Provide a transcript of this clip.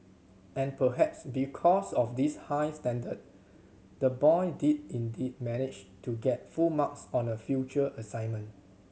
and perhaps because of this high standard the boy did indeed manage to get full marks on a future assignment